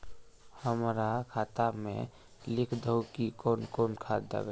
हमरा खाता में लिख दहु की कौन कौन खाद दबे?